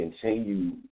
continue